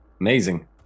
Amazing